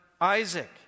Isaac